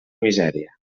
misèria